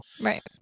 right